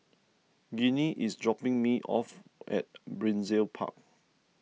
Ginny is dropping me off at Brizay Park